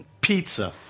pizza